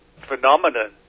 phenomenon